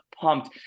pumped